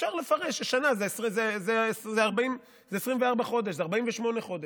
אפשר לפרש ששנה זה 24 חודש, זה 48 חודש,